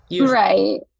right